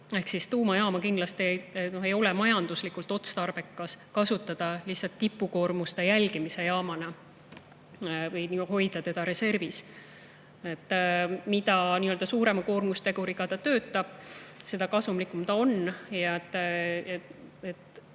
on mõistlik. Kindlasti ei ole majanduslikult otstarbekas kasutada tuumajaama lihtsalt tipukoormuste jälgimise jaamana või hoida seda reservis. Mida suurema koormusteguriga see töötab, seda kasumlikum see on.